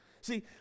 See